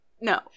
No